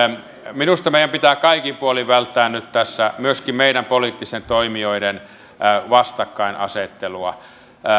minusta meidän pitää kaikin puolin välttää nyt tässä myöskin meidän poliittisten toimijoiden vastakkainasettelua